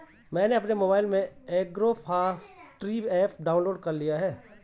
मैंने अपने मोबाइल में एग्रोफॉसट्री ऐप डाउनलोड कर लिया है